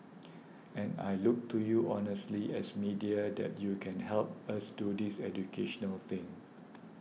and I look to you honestly as media that you can help us do this educational thing